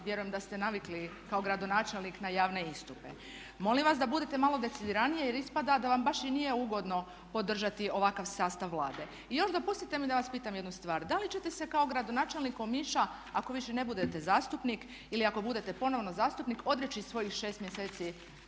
vjerujem da ste navikli kao gradonačelnik na javne istupe. Molim vas da budete malo decidiraniji jer ispada da vam baš i nije ugodno podržati ovakav sastava Vlade. I još dopustite mi da vas pitam jednu stvar, da li ćete se kao gradonačelnik Omiša ako više ne budete zastupnik ili ako budete ponovno zastupnik odreći svojih 6 mjeseci